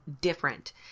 different